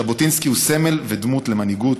ז'בוטינסקי הוא סמל ודמות למנהיגות.